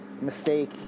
mistake